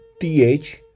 TH